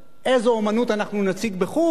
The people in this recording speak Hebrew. איזו אמנות אנחנו נציג בחוץ-לארץ,